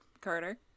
Carter